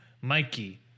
Mikey